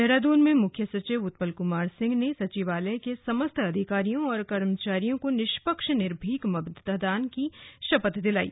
देहरादून में मुख्य सचिव उत्पल कुमार सिंह ने सचिवालय के समस्त अधिकारियों और कर्मचारियों को निष्पक्ष निर्भीक मतदान की शपथ दिलायी